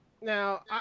Now